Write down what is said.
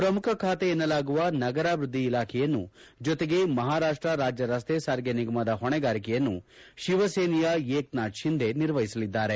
ಪ್ರಮುಖ ಖಾತೆ ಎನ್ನಲಾಗುವ ನಗರಾಭಿವೃದ್ಧಿ ಇಲಾಖೆಯನ್ನು ಜೊತೆಗೆ ಮಹಾರಾಷ್ಟ ರಾಜ್ಯ ರಸ್ತೆ ಸಾರಿಗೆ ನಿಗಮದ ಹೊಣೆಗಾರಿಕೆಯನ್ನು ಶಿವಸೇನೆಯ ಏಕನಾಥ್ ಶಿಂಧೆ ನಿರ್ವಹಿಸಲಿದ್ದಾರೆ